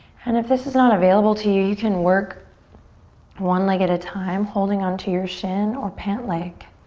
and if this is not available to you, you can work one leg at a time holding onto your shin or pant leg.